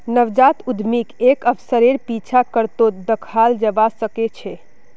नवजात उद्यमीक एक अवसरेर पीछा करतोत दखाल जबा सके छै